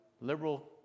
liberal